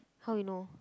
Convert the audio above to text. how you know